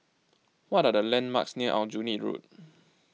what are the landmarks near Aljunied Road